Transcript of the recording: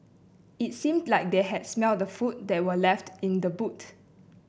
it seemed that they had smelt the food that were left in the boot